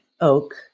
Oak